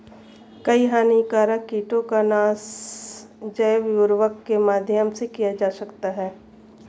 कई हानिकारक कीटों का नाश जैव उर्वरक के माध्यम से किया जा सकता है